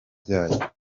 byayo